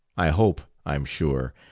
i hope, i'm sure,